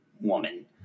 woman